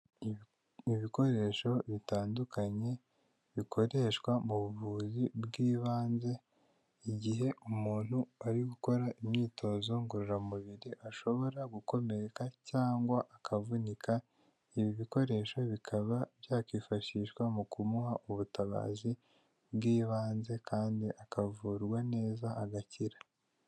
Ibikoresho bitandukanye bikoreshwa mu buvuzi bw'ibanze igihe umuntu ari gukora imyitozo ngororamubiri ashobora gukomereka cyangwa akavunika, ibi bikoresho bikaba byakifashishwa mu kumuha ubutabazi bw'ibanze kandi akavurwa neza agakira.